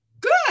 Good